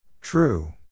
True